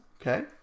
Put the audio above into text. Okay